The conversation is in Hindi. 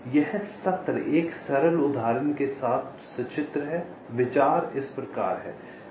इसलिए यह सत्र एक सरल उदाहरण के साथ सचित्र है विचार इस प्रकार है